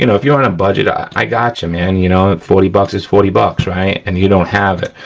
you know if you're on a budget, i got you man, you know, forty bucks is forty bucks, right. and you don't have it.